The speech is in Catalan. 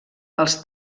els